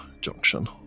junction